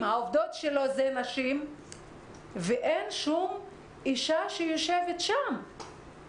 מהעובדות הן נשים אין שום אישה שיושבת בוועדה של המל"ל.